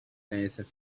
anything